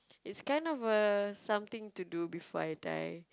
it's kind of a something to do before I die